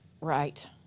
Right